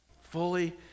fully